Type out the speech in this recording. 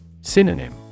Synonym